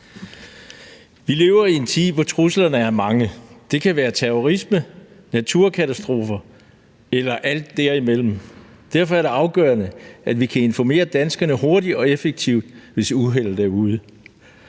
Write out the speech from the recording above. Vi lever i en tid, hvor truslerne er mange. Det kan være terrorisme, naturkatastrofer eller alt derimellem. Derfor er det afgørende, at vi kan informere danskerne hurtigt og effektivt, hvis uheldet er ude.